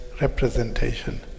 representation